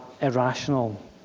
irrational